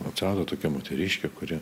atsirado tokia moteriškė kuri